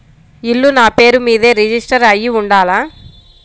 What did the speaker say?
ఇల్లు నాపేరు మీదే రిజిస్టర్ అయ్యి ఉండాల?